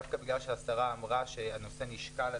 דווקא בגלל שהשרה אמרה שהנושא נשקל עדיין.